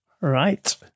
Right